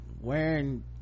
wearing